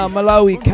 Malawi